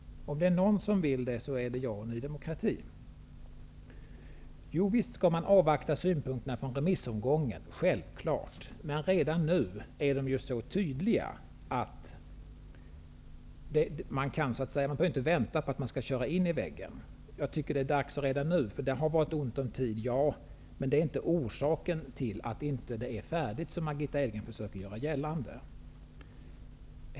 Om det är någon som vill det, så är det jag och Ny demokrati. Jo, visst skall man avvakta synpunkterna från remissomgången, självklart. Men redan nu är de ju så tydliga. Man behöver inte vänta på att man skall köra in i väggen. Det har varit ont om tid, men det är inte orsaken till att beredningens förslag inte är färdigt, som Margitta Edgren försöker göra gällande.